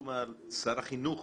על שר החינוך